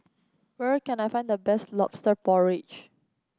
where can I find the best lobster porridge